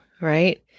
right